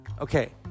Okay